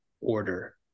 order